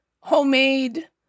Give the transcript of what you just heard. homemade